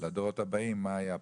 לדורות הבאים מה היה פה.